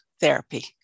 therapy